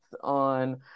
on